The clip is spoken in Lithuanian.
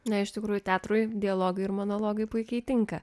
ne iš tikrųjų teatrui dialogai ir monologai puikiai tinka